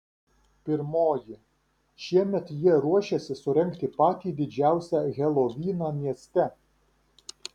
pirmoji šiemet jie ruošiasi surengti patį didžiausią helovyną mieste